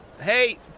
Hey